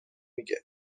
میگه